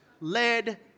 led